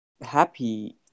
happy